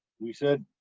we said,